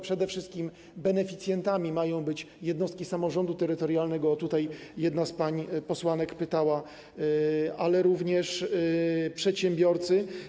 Przede wszystkim beneficjentami mają być jednostki samorządu terytorialnego - jedna z pań posłanek o to pytała - ale również przedsiębiorcy.